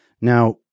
Now